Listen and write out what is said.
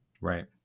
Right